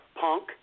punk